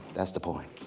that's the point.